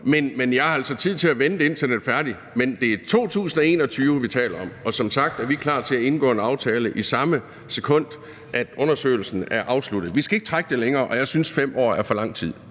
om. Jeg har altså tid til at vente, indtil den er færdig, men det er 2021, vi taler om. Og vi er som sagt klar til at indgå en aftale, i samme sekund undersøgelsen er afsluttet. Vi skal ikke trække det længere, og jeg synes, at 5 år er for lang tid,